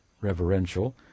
reverential